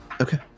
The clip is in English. Okay